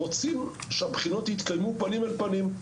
רוצים שהבחינות יתקיימו פנים אל פנים.